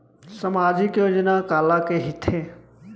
सामाजिक योजना काला कहिथे?